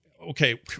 okay